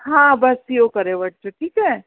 हा बसि इहो करे वठिजो ठीकु आहे